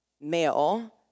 male